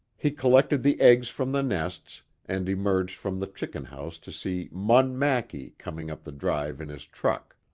he collected the eggs from the nests and emerged from the chicken house to see munn mackie coming up the drive in his truck.